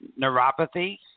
neuropathy